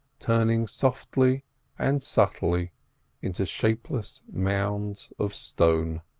turning softly and subtly into shapeless mounds of stone.